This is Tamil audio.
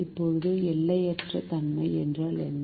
இப்போது எல்லையற்ற தன்மை என்றால் என்ன